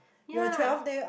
ya